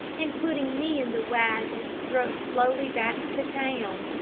and putting me in the wagon drove slowly back to town.